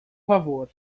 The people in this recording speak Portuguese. favor